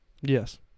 Yes